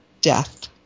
death